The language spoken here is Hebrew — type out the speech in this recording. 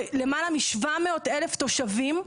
למעלה מ-700 אלף תושבים,